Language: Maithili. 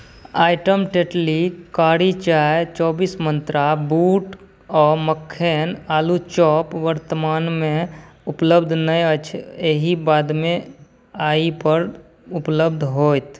आइटम टेटली कारी चाय चौबीस मन्त्रा बूट आओर मक्खन आलू चॉप वर्तमानमे उपलब्ध नहि अछि एहि बादमे एहिपर उपलब्ध होयत